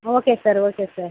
okay sir okay sir